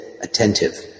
attentive